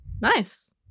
Nice